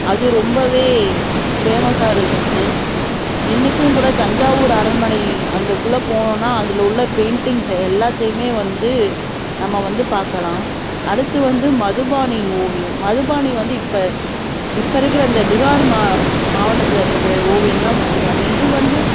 அது ரொம்பவே ஃபேமஸ்ஸாக இருந்துச்சு இன்றைக்கும் கூட தஞ்சாவூர் அரண்மனை அந்தக்குள்ளே போனோம்னால் அதில் உள்ள பெயிண்டிங்ஸ் எல்லாத்தையுமே வந்து நம்ம வந்து பார்க்கலாம் அடுத்து வந்து மதுபானி ஓவியம் மதுபானி வந்து இப்போ இப்போ இருக்கிற இந்த பீஹார் மா மாவட்டத்தில் இருக்கக்கூடிய ஓவியம் தான் மதுபானி இது வந்து